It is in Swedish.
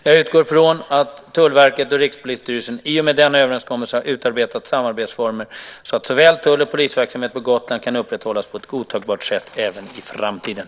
Jag utgår från att Tullverket och Rikspolisstyrelsen i och med denna överenskommelse har utarbetat samarbetsformer så att såväl tull som polisverksamheten på Gotland kan upprätthållas på ett godtagbart sätt även i framtiden.